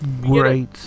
Great